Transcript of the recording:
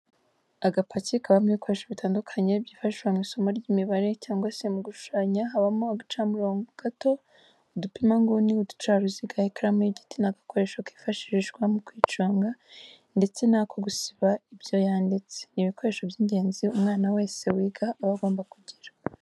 Agapaki kabamo ibikoresho bitandukanye byifashishwa mu isomo ry'imibare cyangwa se mu gushushanya habamo agacamurobo gato, udupima inguni, uducaruziga ikaramu y'igiti n'agakoresho kifashishwa mu kuyiconga ndetse n'ako gusiba ibyo yanditse, ni ibikoresho by'ingenzi umwana wese wiga aba agomba kugira.